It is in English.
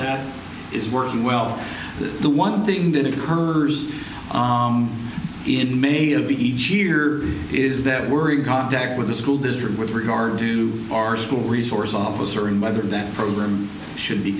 that is working well the one thing that occurs in many of each year is that we're in contact with the school district with regard to our school resource officer and by that that program should